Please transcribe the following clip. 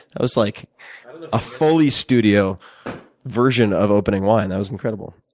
that was like a fully studio version of opening wine. that was incredible.